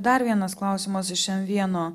dar vienas klausimas iš m vieno